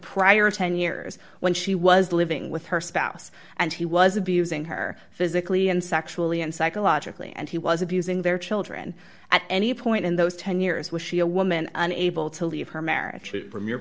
prior ten years when she was living with her spouse and he was abusing her physically and sexually and psychologically and he was abusing their children at any point in those ten years was she a woman unable to leave her marriage from your